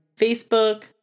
Facebook